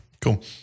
cool